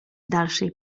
dalszej